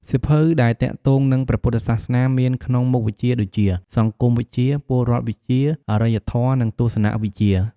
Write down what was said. សៀវភៅដែលទាក់ទងនឹងព្រះពុទ្ធសាសនាមានក្នុងមុខវិជ្ជាដូចជា សង្គមវិទ្យា ពលរដ្ឋវិទ្យា អរិយធម៌ និងទស្សនវិជ្ជា។